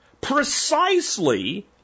precisely